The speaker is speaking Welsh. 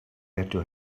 eto